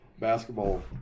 basketball